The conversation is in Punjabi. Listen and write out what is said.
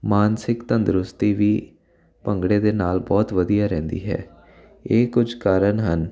ਮਾਨਸਿਕ ਤੰਦਰੁਸਤੀ ਵੀ ਭੰਗੜੇ ਦੇ ਨਾਲ ਬਹੁਤ ਵਧੀਆ ਰਹਿੰਦੀ ਹੈ ਇਹ ਕੁਝ ਕਾਰਨ ਹਨ